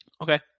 Okay